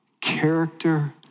character